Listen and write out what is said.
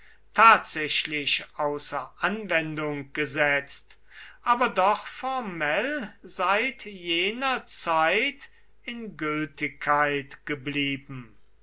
tatsächlich außer anwendung gesetzt aber doch formell seit jener zeit in gültigkeit geblieben